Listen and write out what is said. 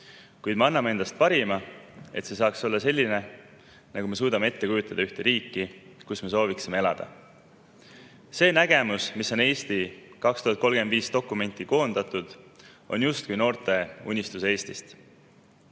kuid me anname endast parima, et see saaks olla selline, nagu me suudame ette kujutada elu ühes riigis, kus me sooviksime elada. See nägemus, mis on "Eesti 2035" dokumenti koondatud, on justkui noorte unistus Eestist.